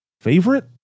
Favorite